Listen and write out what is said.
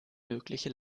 mögliche